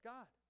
God